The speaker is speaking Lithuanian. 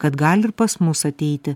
kad gali pas mus ateiti